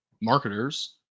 marketers